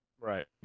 Right